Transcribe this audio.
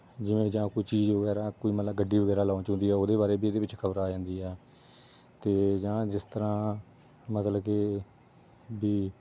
ਜਿਵੇਂ ਜਾਂ ਕੋਈ ਚੀਜ਼ ਵਗੈਰਾ ਕੋਈ ਮਤਲਬ ਗੱਡੀ ਵਗੈਰਾ ਲੌਂਚ ਹੁੰਦੀ ਹੈ ਉਹਦੇ ਬਾਰੇ ਵੀ ਇਹਦੇ ਵਿੱਚ ਖਬਰ ਆ ਜਾਂਦੀ ਆ ਅਤੇ ਜਾਂ ਜਿਸ ਤਰ੍ਹਾਂ ਮਤਲਬ ਕਿ ਵੀ